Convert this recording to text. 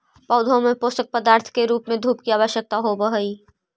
पौधों को पोषक पदार्थ के रूप में धूप की भी आवश्यकता होवअ हई